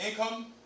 income